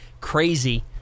crazy